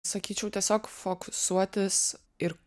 sakyčiau tiesiog fokusuotis ir